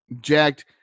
jacked